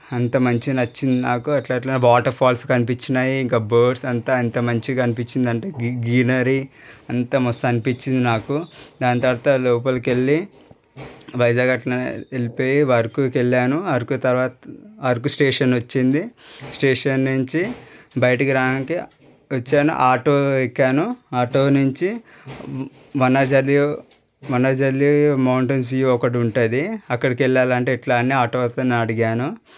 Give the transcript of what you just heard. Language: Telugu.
అంతా మంచిగా నచ్చింది నాకు అట్లట్ల వాటర్ ఫాల్స్ కనిపించినాయి ఇంకా బర్డ్స్ అంతా ఎంత మంచిగా అనిపించింది గీ గ్రీనరీ అంతా మస్తు అనిపించింది నాకు దాని తర్వాత లోపలికి వెళ్ళి వైజాగ్ అట్లనే వెళ్ళిపోయి అరకుకు వెళ్ళాను అరకు తర్వాత అరకు స్టేషన్ వచ్చింది స్టేషన్ నుంచి బయటికి రావడానికి వచ్చాను ఆటో ఎక్కాను ఆటో నుంచి వంజంగి వంజంగి మౌంటెన్స్ వ్యూ ఒకటి ఉంటుంది అక్కడికి వెళ్ళాలి అంటే ఎట్లా అని ఆటో అతనిని అడిగాను